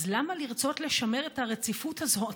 אז למה לרצות לשמר את הרציפות הזאת?